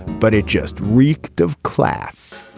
but it just reeked of class.